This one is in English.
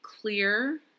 clear